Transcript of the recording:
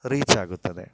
reach ಆಗುತ್ತದೆ